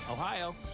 Ohio